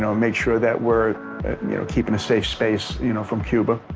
make sure that we're you know keeping a safe space you know from cuba.